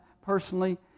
personally